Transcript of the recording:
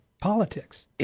politics